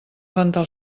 rentar